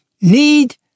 need